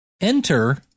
enter